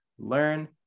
Learn